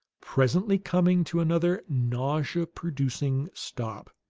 presently coming to another nausea-producing stop.